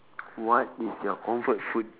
what is your comfort food